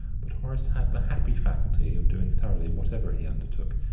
but horace had the happy faculty of doing thoroughly whatever he undertook,